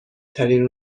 ترین